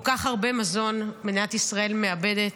כל כך הרבה מזון מדינת ישראל מאבדת.